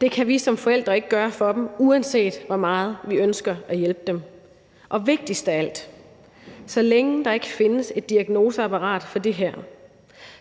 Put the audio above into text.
Det kan vi som forældre ikke gøre for dem, uanset hvor meget vi ønsker at hjælpe dem. Og vigtigst af alt: Så længe der ikke findes et diagnoseapparat for det her,